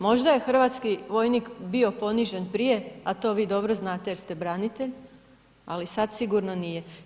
Možda je hrvatski vojnik bio ponižen prije a to vi dobro znate jer ste branitelj, ali sad sigurno nije.